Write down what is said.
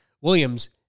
Williams